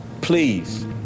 please